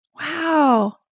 Wow